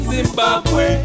Zimbabwe